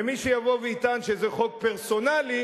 ומי שיבוא ויטען שזה חוק פרסונלי,